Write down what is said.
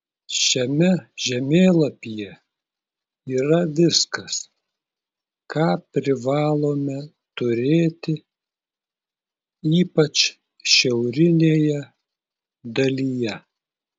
šiame žemėlapyje yra viskas ką privalome turėti ypač šiaurinėje dalyje